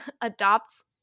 adopts